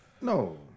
no